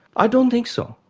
i don't think so,